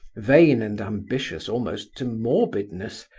vain and ambitious almost to morbidness,